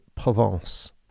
Provence